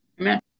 Amen